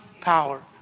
power